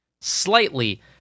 slightly